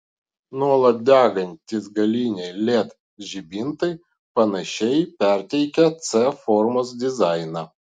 nuolat degantys galiniai led žibintai panašiai perteikia c formos dizainą